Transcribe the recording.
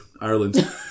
Ireland